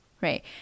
right